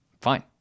fine